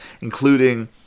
including